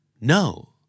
No